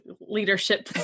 leadership